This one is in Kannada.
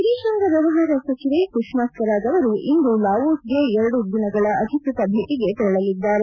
ವಿದೇಶಾಂಗ ವ್ಯವಹಾರ ಸಚಿವೆ ಸುಷ್ಮಾ ಸ್ವರಾಜ್ ಅವರು ಇಂದು ಲಾವೋಗೆ ಎರಡು ದೇಶಗಳ ಅಧಿಕೃತ ಭೇಟಿಗೆ ತೆರಳಲಿದ್ದಾರೆ